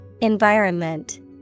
Environment